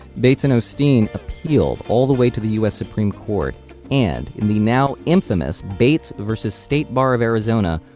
bates and o'steen appealed all the way to the us supreme court and and the now infamous bates versus state bar of arizona,